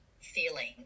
feeling